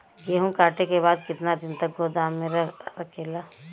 गेहूँ कांटे के बाद कितना दिन तक गोदाम में रह सकेला?